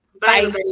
Bye